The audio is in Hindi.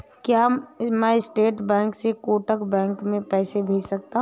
क्या मैं स्टेट बैंक से कोटक बैंक में पैसे भेज सकता हूँ?